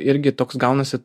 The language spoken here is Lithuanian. irgi toks gaunasi